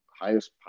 highest